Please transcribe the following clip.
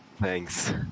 Thanks